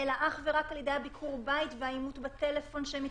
-- אלא אך ורק על ידי ביקור הבית והאימות בטלפון כשהם מתקשרים.